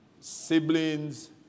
siblings